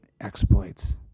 exploits